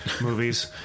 movies